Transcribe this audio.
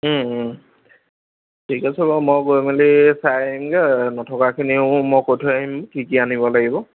ঠিক আছে বাৰু মই গৈ মেলি চাই আহিম গে নথকা খিনিও মই কৈ থৈ আহিম কি কি আনিব লাগিব